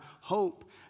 hope